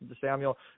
Samuel